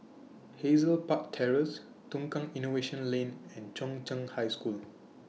Hazel Park Terrace Tukang Innovation Lane and Chung Cheng High School